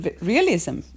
realism